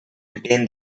retain